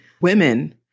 women